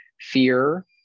fear